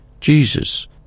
Jesus